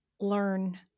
learn